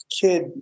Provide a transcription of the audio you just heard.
kid